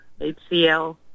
HCL